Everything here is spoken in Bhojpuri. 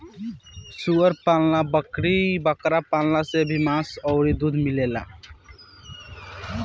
सूअर पालन, बकरी बकरा पालन से भी मांस अउरी दूध मिलेला